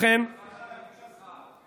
היא הצליחה להביא להסכמות.